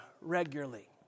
regularly